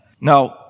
Now